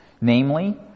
namely